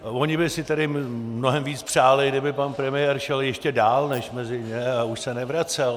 Oni by si tedy mnohem víc přáli, kdyby pan premiér šel ještě dál než mezi ně a už se nevracel.